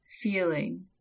feeling